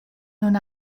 nun